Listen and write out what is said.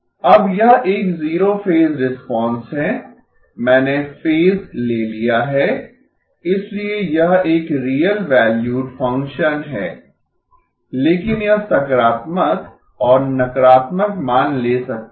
अब यह एक जीरो फेज रिस्पांस है मैंने फेज ले लिया है इसलिए यह एक रियल वैल्यूड फंक्शन है लेकिन यह सकारात्मक और नकारात्मक मान ले सकता है